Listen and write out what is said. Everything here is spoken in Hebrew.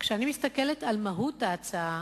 כשאני מסתכלת על מהות ההצעה,